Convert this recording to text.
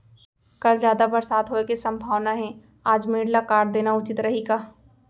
कल जादा बरसात होये के सम्भावना हे, आज मेड़ ल काट देना उचित रही का?